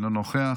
אינו נוכח.